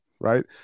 right